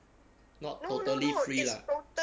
not totally free lah